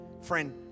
Friend